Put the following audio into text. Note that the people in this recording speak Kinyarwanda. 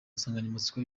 nsanganyamatsiko